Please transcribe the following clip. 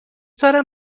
دارم